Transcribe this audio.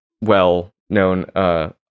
well-known